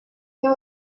coach